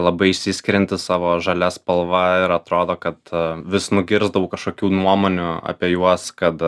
labai išsiskiriantys savo žalia spalva ir atrodo kad vis nugirsdavau kažkokių nuomonių apie juos kad